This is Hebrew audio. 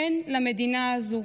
אין למדינה הזו